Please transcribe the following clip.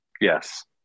Yes